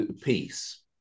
peace